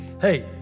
Hey